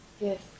Yes